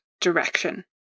direction